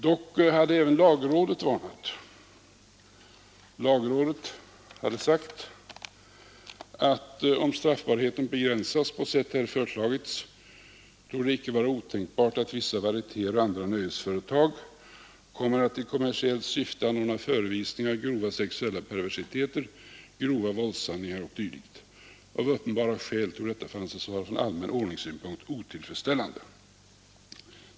Dock hade även lagrådet varnat och uttalat sig på följande sätt: ”Om straffbarheten begränsas på sätt här föreslagits torde det icke vara otänkbart att vissa varietér och andra nöjesföretag kommer att i kommersiellt syfte anordna förevisningar av grova sexuella perversiteter, grova våldshandlingar o. d. Av uppenbara skäl torde detta få anses vara från allmän ordningssynpunkt otillfredsställande.